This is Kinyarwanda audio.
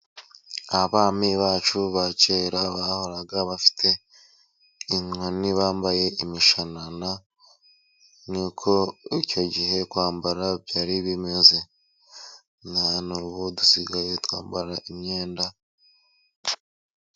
Abami bacu ba kera bahoraga bafite inkoni, bambaye imishanana nkuko icyo gihe kwambara byari bimeze, none ubu dusigaye twambara imyenda.